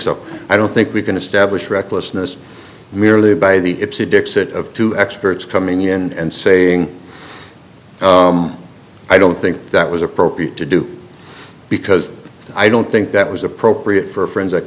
so i don't think we can establish recklessness merely by the dixit of two experts coming in and saying i don't think that was appropriate to do because i don't think that was appropriate for foren